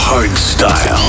Hardstyle